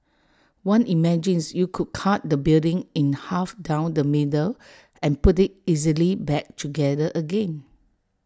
one imagines you could cut the building in half down the middle and put IT easily back together again